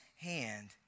hand